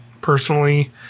personally